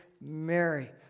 Mary